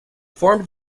formed